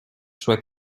soient